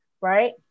right